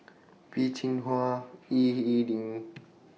Peh Chin Hua Ying E Ding